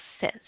says